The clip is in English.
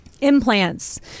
implants